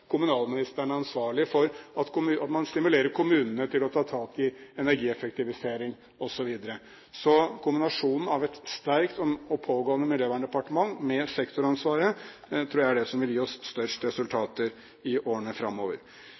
kommunalministeren er ansvarlig for at man stimulerer kommunene til å ta tak i energieffektivisering osv. Så kombinasjonen av et sterkt og pågående miljøverndepartement med sektoransvaret tror jeg er det som vil gi oss størst resultater i årene framover.